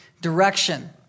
direction